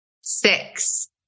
Six